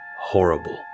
horrible